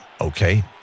okay